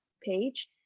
page